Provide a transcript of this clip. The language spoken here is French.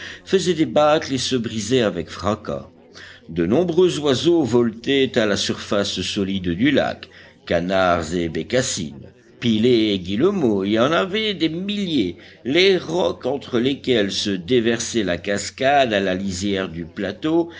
faisait débâcle et se brisait avec fracas de nombreux oiseaux voletaient à la surface solide du lac canards et bécassines pilets et guillemots il y en avait des milliers les rocs entre lesquels se déversait la cascade à la lisière du plateau